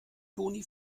toni